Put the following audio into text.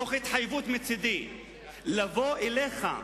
תוך התחייבות מצדי לבוא אליך,